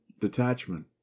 detachment